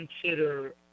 consider